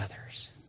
others